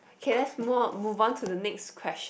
okay let's more move on to the next question